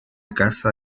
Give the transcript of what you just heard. casa